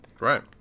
Right